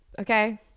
Okay